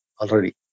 already